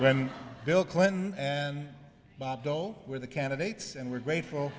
when bill clinton and bob dole where the candidates and we're grateful